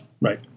Right